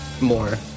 more